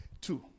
Two